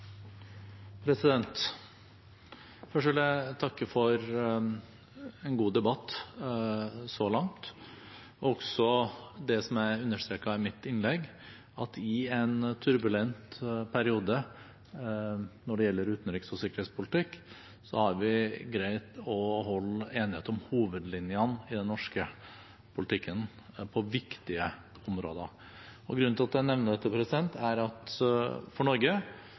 Først vil jeg takke for en god debatt så langt, og også det som jeg understreket i min redegjørelse, at i en turbulent periode når det gjelder utenriks- og sikkerhetspolitikk, har vi greid å holde enighet om hovedlinjene i norsk politikk på viktige områder. Grunnen til at jeg nevner dette, er at for Norge